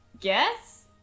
guess